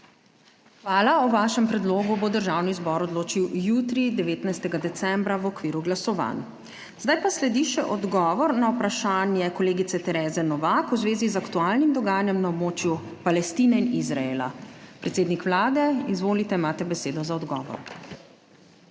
Hvala. O vašem predlogu bo Državni zbor odločil jutri, 19. decembra, v okviru glasovanj. Zdaj pa sledi še odgovor na vprašanje kolegice Tereze Novak v zvezi z aktualnim dogajanjem na območju Palestine in Izraela. Predsednik Vlade, izvolite, imate besedo za odgovor.